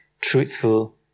truthful